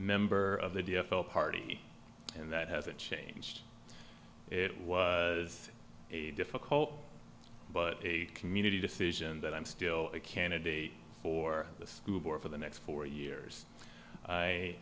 member of the d f l party and that hasn't changed it was a difficult but a community decision that i'm still a candidate for the school board for the next four years i